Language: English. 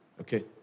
Okay